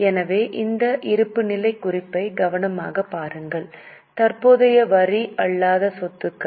எனவே இந்த இருப்புநிலைக் குறிப்பை கவனமாகப் பாருங்கள் தற்போதைய வரி அல்லாத சொத்துக்கள்